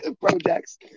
projects